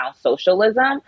socialism